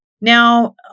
Now